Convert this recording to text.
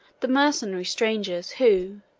the mercenary strangers, who,